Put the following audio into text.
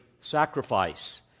sacrifice